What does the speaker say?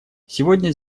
сегодня